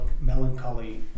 melancholy